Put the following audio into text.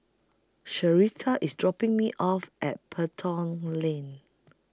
Sherita IS dropping Me off At Pelton LINK